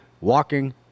walking